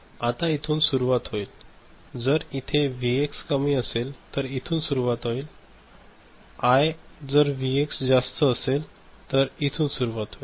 आता इथून सुरुवात होईल जर इथे व्हीएक्स कमीअसेल तर इथुंन सुरुवात होईल आई जर व्हीएक्स जास्त असेल तर इथुंन सुरुवात होईल